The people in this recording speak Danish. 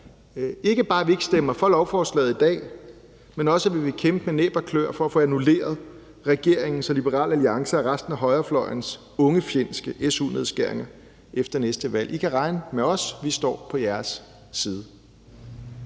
ikke bare om, at vi ikke stemmer for lovforslaget i dag, men også om, at vi vil kæmpe med næb og kløer for at få annulleret regeringens og Liberal Alliances og resten af højrefløjens ungefjendske su-nedskæringer efter næste valg. I kan regne med os; vi står på jeres side.